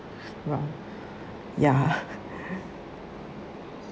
wrong ya